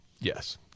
Yes